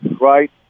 right